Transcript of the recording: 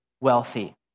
wealthy